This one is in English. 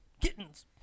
Kittens